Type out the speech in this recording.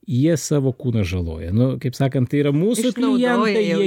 jie savo kūną žaloja nu kaip sakant tai yra mūsų klientai jie